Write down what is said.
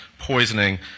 poisoning